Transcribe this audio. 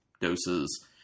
doses